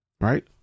Right